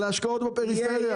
על ההשקעות בפריפריה.